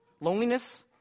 Loneliness